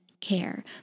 care